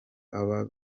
abo